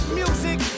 music